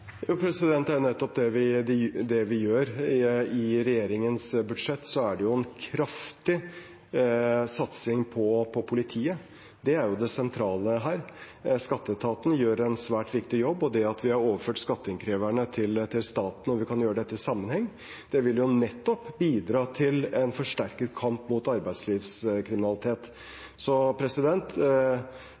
Det er nettopp det vi gjør. I regjeringens budsjett er det en kraftig satsing på politiet. Det er jo det sentrale her. Skatteetaten gjør en svært viktig jobb, og det at vi har overført skatteinnkreverne til staten og vi kan gjøre dette i sammenheng, vil nettopp bidra til forsterket kamp mot arbeidslivskriminalitet. Så